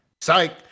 Psych